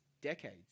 decades